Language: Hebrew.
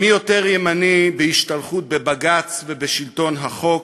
מי יותר ימני בהשתלחות בבג"ץ ובשלטון החוק.